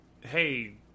hey